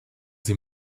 sie